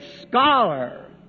scholar